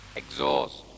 exhaust